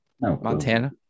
Montana